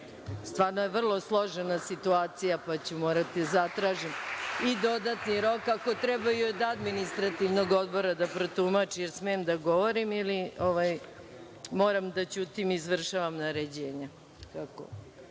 Stvarno je vrlo složena situacija, pa ću morati da zatražim i dodatni rok, ako treba i od Administrativnog odbora, da protumači. Da li smem da govorim ili moram da ćutim i izvršavam naređenja? Reč